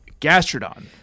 gastrodon